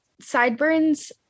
Sideburns